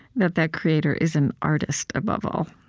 that that creator is an artist above all.